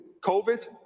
COVID